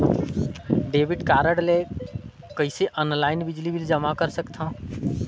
Debit card ले कइसे online बिजली बिल जमा कर सकथव?